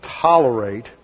tolerate